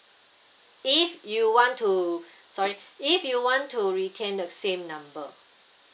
if you want to sorry if you want to retain the same number